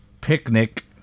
picnic